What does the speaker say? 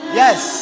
yes